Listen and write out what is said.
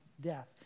death